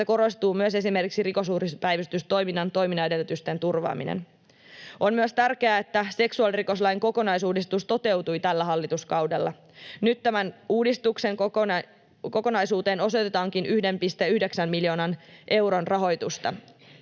korostuu myös esimerkiksi rikosuhripäivystystoiminnan toimintaedellytysten turvaaminen. On myös tärkeää, että seksuaalirikoslain kokonaisuudistus toteutui tällä hallituskaudella. Nyt tämän uudistuksen kokonaisuuteen osoitetaankin 1,9 miljoonan euron rahoitusta.